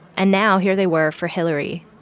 and now here they were for hillary,